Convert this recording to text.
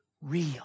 real